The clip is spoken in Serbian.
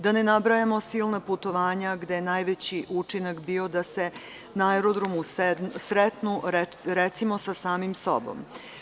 Da ne nabrajamo silna putovanja, gde je najveći učinak bio da se na aerodromu sretnu, recimo, sa samim sobom.